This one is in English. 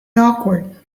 awkward